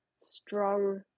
strong